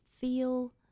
feel